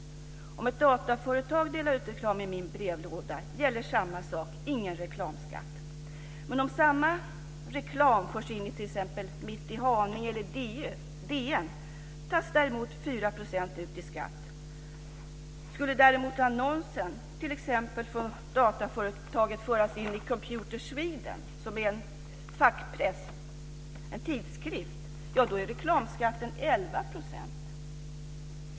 Om ett dataföretag delar ut reklam i min brevlåda gäller samma sak - ingen reklamskatt. Om samma reklam förs in i t.ex. Mitt i Haninge eller DN tas däremot 4 % ut i skatt. Men skulle annonsen för dataföretaget föras in i t.ex. Computer Sweden, som är en tidskrift inom fackpressen så är reklamskatten 11 %.